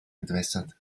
entwässert